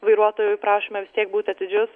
vairuotojų prašome vis tiek būti atidžius